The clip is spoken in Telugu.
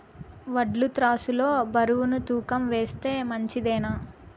వడ్లు త్రాసు లో బరువును తూకం వేస్తే మంచిదేనా?